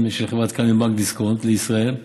של חברת Cal מבנק דיסקונט לישראל בע"מ.